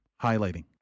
highlighting